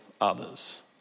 others